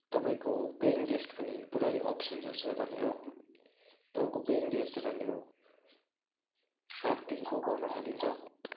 तपाईँको paying guest पनि पुरै अप्सनहरू छ यतानिर तपाईँको पेयिङ गेस्ट यतानिर सातदेखिको पाउन थालिन्छ